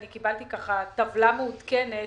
אני קיבלתי טבלה מעודכנת,